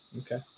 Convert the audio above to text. okay